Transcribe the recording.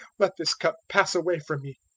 let this cup pass away from me